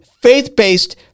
faith-based